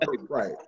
Right